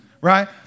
Right